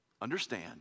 Understand